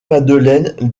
madeleine